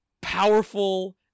powerful